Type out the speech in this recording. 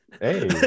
Hey